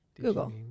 Google